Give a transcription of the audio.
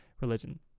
religion